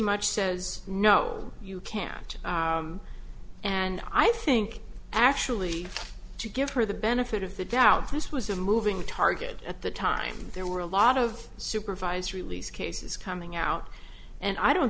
much says no you can't and i think actually to give her the benefit of the doubt this was a moving target at the time there were a lot of supervised release cases coming out and i don't